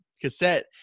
cassette